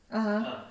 (uh huh)